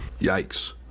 Yikes